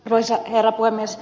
arvoisa herra puhemies